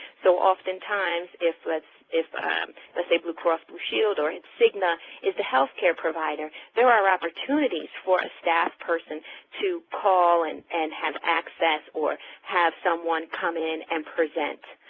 so oftentimes if let's if let's say blue cross blue shield or cigna is the health care provider, there are opportunities for a staff person to call and and have access or have someone come in and present